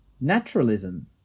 Naturalism